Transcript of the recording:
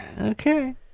Okay